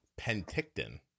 Penticton